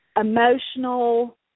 emotional